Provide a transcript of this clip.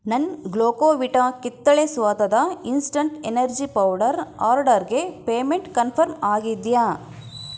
ನನ್ನ ಗ್ಲೋಕೊವಿಟಾ ಕಿತ್ತಳೆ ಸ್ವಾದದ ಇನ್ಸ್ಟಂಟ್ ಎನರ್ಜಿ ಪೌಡರ್ ಆರ್ಡರ್ಗೆ ಪೇಮೆಂಟ್ ಕನ್ಫರ್ಮ್ ಆಗಿದೆಯಾ